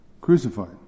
crucified